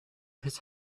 his